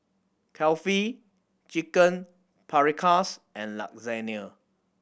Kulfi Chicken Paprikas and Lasagna